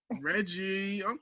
Reggie